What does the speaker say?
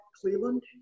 Cleveland